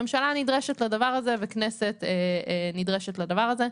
ממשלה נדרשת לדבר הזה וכנסת נדרשת לדבר הזה.